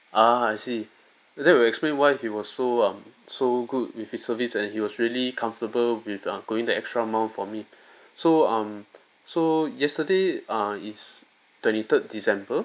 ah I see that will explain why he was so um so good with his service and he was really comfortable with err going the extra mile for me so um so yesterday uh is twenty third december